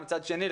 מצד שני,